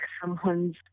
someone's